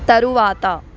తరువాత